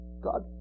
God